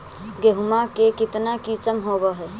गेहूमा के कितना किसम होबै है?